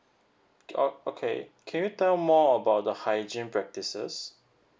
oh okay can you tell more about the hygiene practices